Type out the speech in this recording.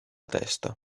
testa